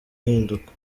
ahinduka